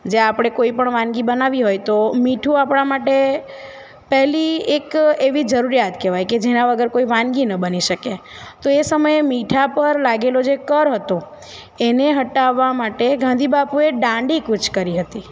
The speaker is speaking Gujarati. જે આપણે કોઈ પણ વાનગી બનાવવી હોય તો મીઠું આપણા માટે પહેલી એક એવી જરૂરિયાત કહેવાય કે જેના વગર કોઈ વાનગી ન બની શકે તો એ સમયે મીઠા પર લાગેલો જે કર હતો એને હટાવા માટે ગાંધી બાપુએ દાંડીકૂચ કરી હતી